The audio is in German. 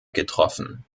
getroffen